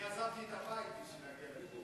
אני עזבתי את הבית בשבילך.